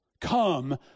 Come